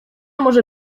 może